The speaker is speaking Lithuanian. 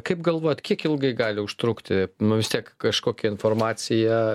kaip galvojat kiek ilgai gali užtrukti nu vis tiek kažkokia informacija